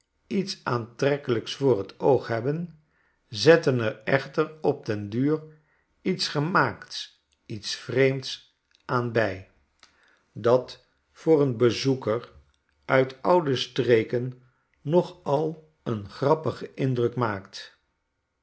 iets aantrekkelijks voor t oog hebben zetten er echter op den duur iets gemaakts iets vreemds aan bij dat voor een bezoeker uit oude streken nogal een grappigen indruk maakt